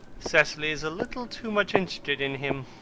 cecily is a little too much interested in him.